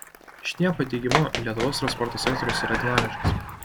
šniepio teigimu lietuvos transporto sektorius yra dinamiškas